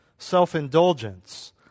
Self-indulgence